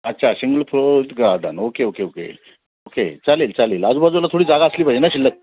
अच्छा single floor with garden okay okay okay okay चालेल चालेल आजूबाजूला थोडी जागा असली पाहिजे ना शिल्लक